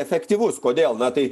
efektyvus kodėl na tai